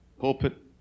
pulpit